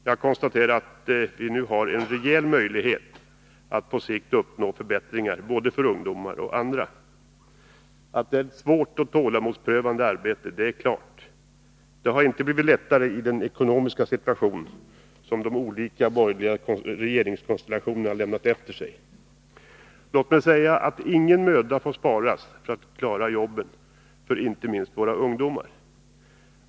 Jag konstaterar att vi nu har en rejäl möjlighet att på sikt uppnå förbättringar för såväl ungdomar som andra grupper. Att det är ett svårt och tålamodsprövande arbete är helt klart. Och inte har det blivit lättare med tanke på den ekonomiska situation som de olika borgerliga regeringskonstellationerna har försatt oss i. Ingen möda får sparas när det gäller att klara jobben. Det handlar inte minst om våra ungdomar.